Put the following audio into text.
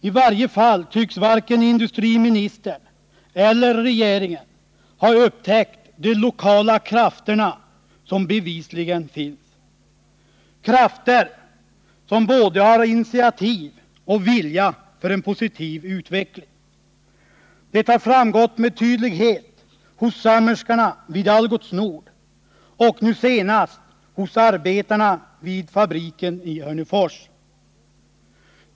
I varje fall tycks varken industriministern eller regeringen ha upptäckt de lokala krafter som bevisligen finns, krafter som både har initiativ och vilja till en positiv utveckling. Jag tänker t.ex. på sömmerskorna vid Algots Nord och nu senast arbetarna vid NCB-fabriken i Hörnefors.